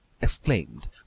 exclaimed